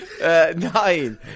Nine